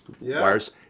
Wires